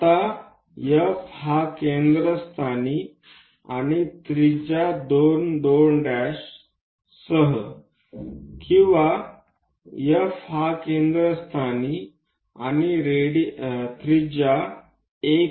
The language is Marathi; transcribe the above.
आता F हा केंद्रस्थानी आणि 2 2 त्रिज्या आहे आणि F हा केंद्रस्थानी आणि 1 1 त्रिज्या आहे